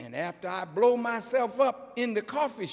and after i blow my self up in the coffee